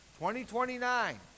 2029